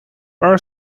are